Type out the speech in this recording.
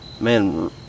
Man